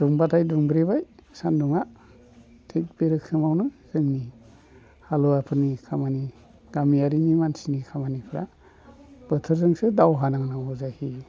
दुंबाथाय दुंब्रेबाय सान्दुंआ थिग बे रोखोमावनो जोंनि हालुवाफोरनि खामानि गामियारि मानसिनि खामानिफ्रा बोथोरजोंसो दावहा नांनांगौ जाहैयो